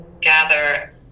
gather